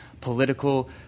political